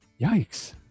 Yikes